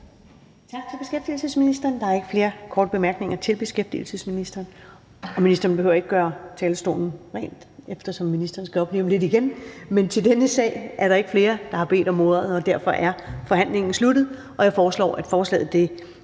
Tak til beskæftigelsesministeren. Der er ikke flere korte bemærkninger til beskæftigelsesministeren. Og ministeren behøver ikke gøre talerstolen ren, eftersom ministeren skal op lige om lidt igen. Men til denne sag er der ikke flere, der har bedt om ordet, og derfor er forhandlingen sluttet. Jeg foreslår, at lovforslaget